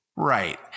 Right